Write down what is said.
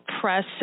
press